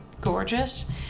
gorgeous